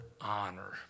honor